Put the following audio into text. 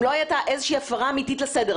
אם לא הייתה איזושהי הפרה אמתית של הסדר,